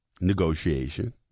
negotiation